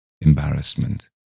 embarrassment